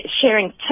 Sharing